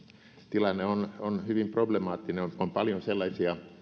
tilanne on hyvin problemaattinen on paljon sellaisia